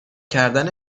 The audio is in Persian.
کردن